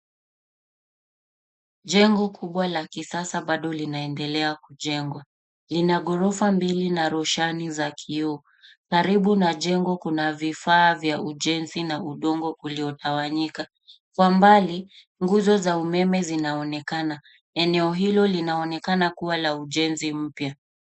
Jengo kubwa la kisasa bado linaendelea kujengwa, lina ghorofa mbili, na roshani za kioo. Karibu na jengo kuna vifaa vya ujenzi na udongo uliotawanyika. Kwa mbali, nguzo za umeme zinaonekana. Eneo hilo linaonekana kuwa la ujenzi mpya.